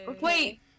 Wait